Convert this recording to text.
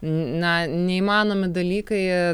na neįmanomi dalykai